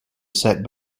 set